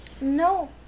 no